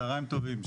צהריים טובים.